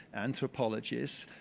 anthropologists,